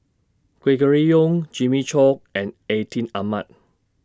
Gregory Yong Jimmy Chok and Atin Amat